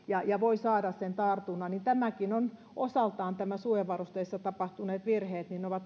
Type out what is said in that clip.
ja ja voi saada sen tartunnan tämäkin on osaltaan nämä suojavarusteissa tapahtuneet virheet